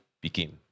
begin